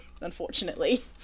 unfortunately